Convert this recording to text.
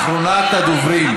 אחרונת הדוברים.